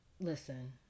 Listen